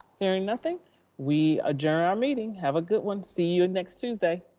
hearing nothing we adjourn our meeting, have a good one. see you and next tuesday.